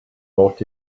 bought